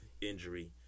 Injury